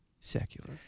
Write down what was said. secular